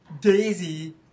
Daisy